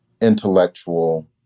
intellectual